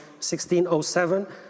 1607